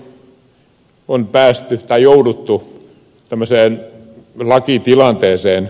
mielestäni on jouduttu tämmöiseen lakitilanteeseen